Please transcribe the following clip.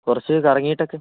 കുറച്ച് കറങ്ങിയിട്ടൊക്കെ